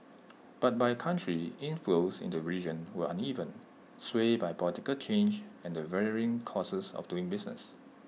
but by country inflows into region were uneven swayed by political change and the varying costs of doing business